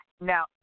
Now